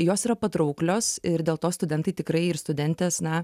jos yra patrauklios ir dėl to studentai tikrai ir studentės na